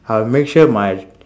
I'll make sure my